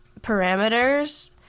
parameters